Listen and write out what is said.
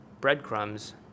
breadcrumbs